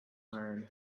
iron